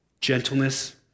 gentleness